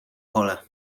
pole